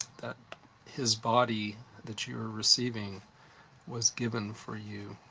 that his body that you are receiving was given for you.